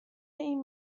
این